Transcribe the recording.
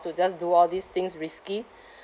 to just do all these things risky